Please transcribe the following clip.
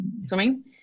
Swimming